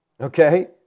Okay